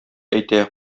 әйтә